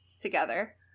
together